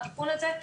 התיקון הזה,